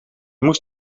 moest